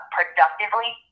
Productively